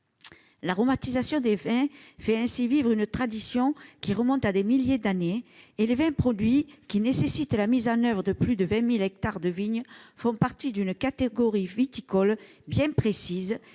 L'aromatisation des vins fait vivre une tradition qui remonte à des milliers d'années. Les vins produits, qui nécessitent la mise en oeuvre de plus de 20 000 hectares de vignes, font partie d'une catégorie viticole bien précise